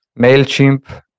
MailChimp